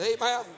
amen